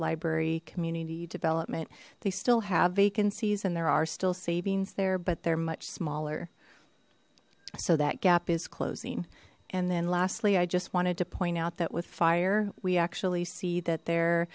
library community development they still have vacancies and there are still savings there but they're much smaller so that gap is closing and then lastly i just wanted to point out that with fire we actually see that they're